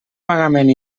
pagament